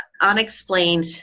unexplained